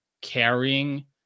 carrying